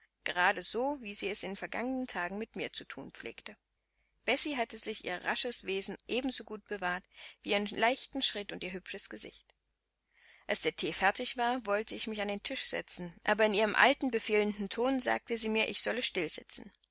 gerade so wie sie es in vergangenen tagen mit mir zu thun pflegte bessie hatte sich ihr rasches wesen ebensogut gewahrt wie ihren leichten schritt und ihr hübsches gesicht als der thee fertig war wollte ich mich an den tisch setzen aber in ihrem alten befehlenden ton sagte sie mir ich solle still sitzen